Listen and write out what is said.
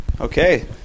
Okay